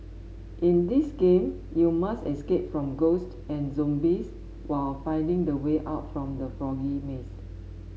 in this game you must escape from ghosts and zombies while finding the way out from the foggy maze